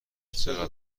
چقدر